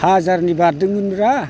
हाजारनि बारदोंमोन ब्रा